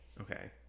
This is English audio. Okay